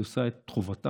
היא עושה את חובתה,